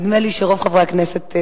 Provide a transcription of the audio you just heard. נדמה לי שרוב חברי הכנסת,